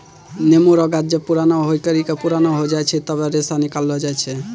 नेमो रो गाछ जब पुराणा होय करि के पुराना हो जाय छै तबै रेशा निकालो जाय छै